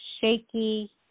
shaky